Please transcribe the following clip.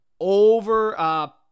over